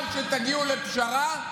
גם כשתגיעו לפשרה,